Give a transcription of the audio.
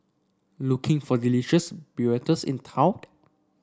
looking for delicious burritos in